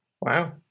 wow